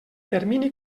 termini